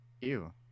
Ew